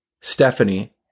Stephanie